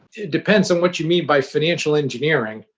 it depends on what you mean by financial engineering.